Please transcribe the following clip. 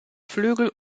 flügel